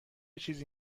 چیزی